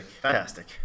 Fantastic